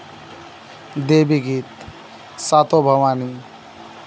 देवी गीत सातो भवानी